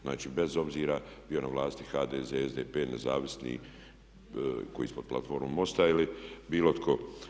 Znači, bez obzira bio na vlasti HDZ, SDP, nezavisni koji smo u platformi MOST-a ili bilo tko.